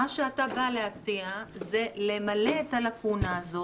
מה שאתה בא להציע זה למלא את הלקונה הזו